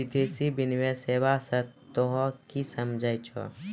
विदेशी विनिमय सेवा स तोहें कि समझै छौ